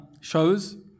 shows